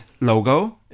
logo